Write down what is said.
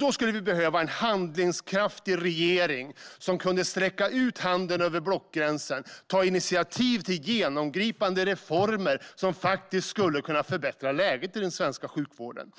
Vi skulle behöva en handlingskraftig regering som kunde sträcka ut handen över blockgränsen och ta initiativ till genomgripande reformer som faktiskt skulle kunna förbättra läget i den svenska sjukvården.